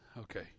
Okay